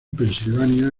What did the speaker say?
pensilvania